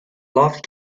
loft